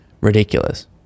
ridiculous